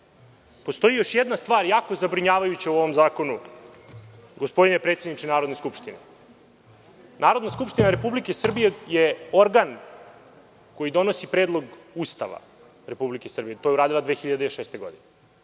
još jedna stvar jako zabrinjavajuća u ovom zakonu, gospodine predsedniče Narodne skupštine. Narodna skupština Republike Srbije je organ koji donosi predlog Ustava Republike Srbije i to je uradila 2006. godine.